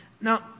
Now